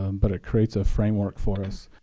um but it creates a framework for us.